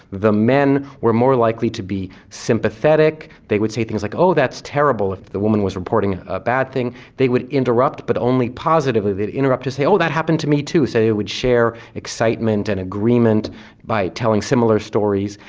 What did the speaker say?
the men were more likely to be sympathetic, they would say things like oh that's terrible if the woman was reporting a bad thing, they would interrupt, but only positively they'd interrupt to say oh that happened to me to, so they'd share excitement and agreement by telling similar stories.